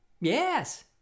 Yes